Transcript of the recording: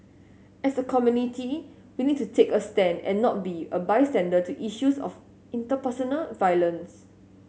as a community we need to take a stand and not be a bystander to issues of interpersonal violence